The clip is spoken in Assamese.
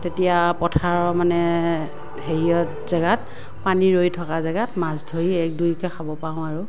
তেতিয়া পথাৰৰ মানে হেৰিয়ত জেগাত পানী ৰৈ থকা জেগাত মাছ ধৰি এক দুইকৈ খাব পাৰোঁ আৰু